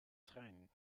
trein